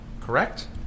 correct